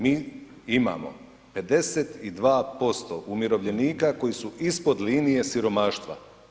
Mi imamo 52% umirovljenika koji su ispod linije siromaštva.